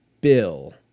Bill